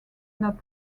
not